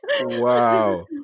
Wow